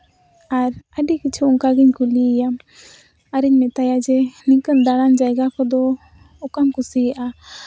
ᱟᱨ ᱟᱹᱰᱤ ᱠᱤᱪᱷᱩ ᱚᱱᱠᱟ ᱜᱤᱧ ᱠᱩᱞᱤᱭᱮᱭᱟ ᱟᱨᱤᱧ ᱢᱮᱛᱟᱭᱟ ᱡᱮ ᱱᱤᱝᱠᱟᱹᱱ ᱫᱟᱬᱟᱱ ᱡᱟᱭᱜᱟ ᱠᱚᱫᱚ ᱚᱠᱟᱢ ᱠᱩᱥᱤᱭᱟᱜᱼᱟ